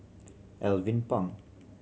Alvin Pang